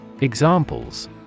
Examples